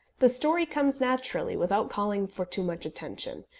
the story comes naturally without calling for too much attention,